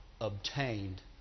obtained